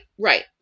right